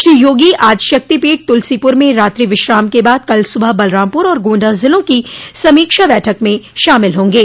श्री योगी आज शक्तिपीठ तुलसीपुर में रात्रि विश्राम के बाद कल सुबह बलरामपुर और गोण्डा जिलों की समीक्षा बैठक में शामिल होंगे